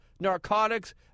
narcotics